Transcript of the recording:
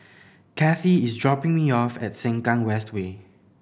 Kathie is dropping me off at Sengkang West Way